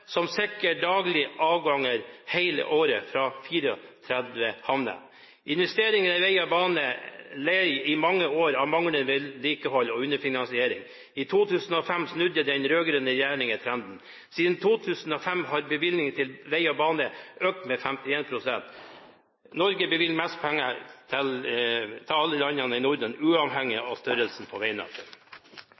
som sikrer daglige avganger hele året fra 34 havner. Investeringene i vei og bane led i mange år av manglende vedlikehold og underfinansiering. I 2005 snudde den rød-grønne regjeringen trenden. Siden 2005 har bevilgningene til vei og bane økt med 51 pst. Norge bevilger mest penger til vei av alle landene i Norden, uavhengig av størrelsen på veinettet.